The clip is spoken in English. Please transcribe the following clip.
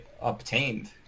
obtained